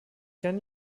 kann